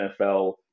NFL